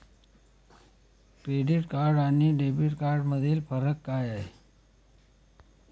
Credit card आणि debit कार्डमधील फरक काय आहे?